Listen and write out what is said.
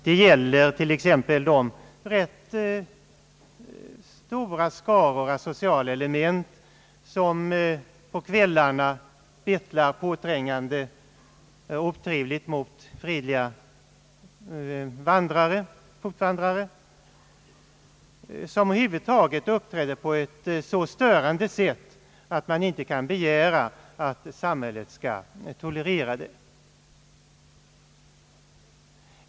Det gäller de rätt stora skador asociala element som på kvällarna bettlar påträngande och uppför sig otrevligt mot fredliga vandrare och som över huvud taset uppträder på ett så störande sätt att man inte kan begära att samhället skall tolerera det.